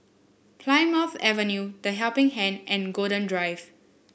Plymouth Avenue The Helping Hand and Golden Drive